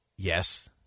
Yes